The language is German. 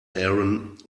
aaron